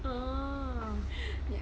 oh